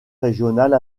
régionale